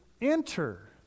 enter